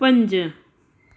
पंज